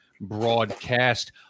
Broadcast